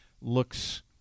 looks